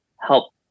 help